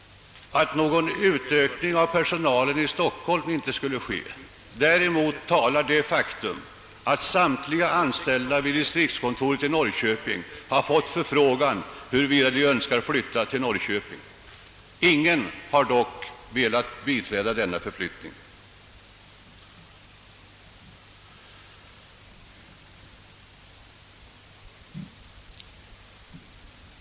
Mot att en utökning av personalen i Stockholm inte skulle ske talar det faktum, att samtliga anställda vid distriktskontoret i Norrköping fått förfrågan huruvida de önskar flytta till Stockholm. Ingen har dock velat gå med på detta.